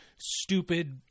stupid